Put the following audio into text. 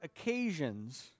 occasions